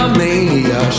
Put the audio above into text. mania